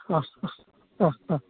ആഹ് ആഹ് ആഹ് ആഹ്